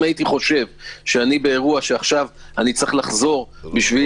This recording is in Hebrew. אם הייתי חושב שאני באירוע שאני צריך לחזור כדי